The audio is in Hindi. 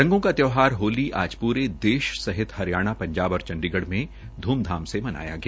रंगो का त्यौहार होली आज पूरे देश सहित हरियाणा पंजबा और चंडीगढ़ में धूमधाम से मनाया गया